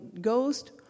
Ghost